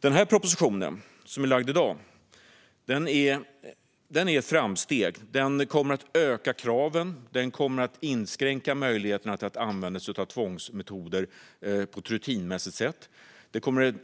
Den proposition som lagts fram i dag är ett framsteg. Den kommer att skärpa uppföljningskraven och inskränka möjligheterna att använda sig av tvångsmetoder på ett rutinmässigt sätt. Den